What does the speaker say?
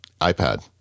iPad